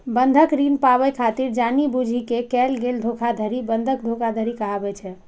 बंधक ऋण पाबै खातिर जानि बूझि कें कैल गेल धोखाधड़ी बंधक धोखाधड़ी कहाबै छै